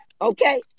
Okay